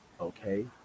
okay